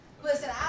Listen